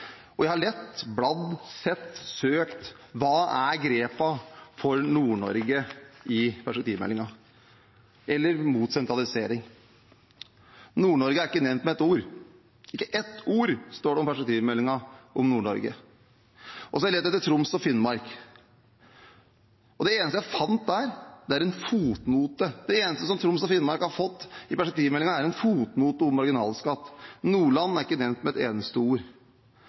Jeg har lett, bladd, sett, søkt: Hva er grepene for Nord-Norge i perspektivmeldingen, eller mot sentralisering? Nord-Norge er ikke nevnt med et ord. Ikke ett ord står det i perspektivmeldingen om Nord-Norge. Jeg har lett etter Troms og Finnmark. Det eneste jeg fant, var en fotnote. Det eneste Troms og Finnmark har fått i perspektivmeldingen, er en fotnote om marginalskatt. Nordland er ikke nevnt med et eneste ord.